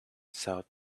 south